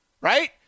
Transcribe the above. right